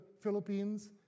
Philippines